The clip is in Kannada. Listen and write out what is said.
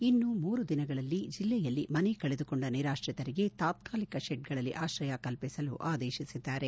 ಇನ್ನು ಮೂರು ದಿನಗಳಲ್ಲಿ ಜಿಲ್ಲೆಯಲ್ಲಿ ಮನೆ ಕಳೆದುಕೊಂಡ ನಿರಾತ್ರಿತರಿಗೆ ತಾತಾಲಿಕ ಶೆಡ್ಗಳಲ್ಲಿ ಆತ್ರಯ ಕಲ್ಪಿಸಲು ಆದೇಶಿಸಿದ್ದಾರೆ